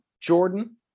Jordan